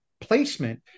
placement